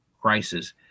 crisis